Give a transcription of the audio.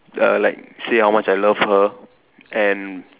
uh like say how much I love her and